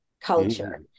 culture